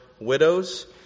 widows